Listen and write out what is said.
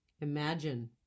imagine